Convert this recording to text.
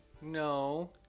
No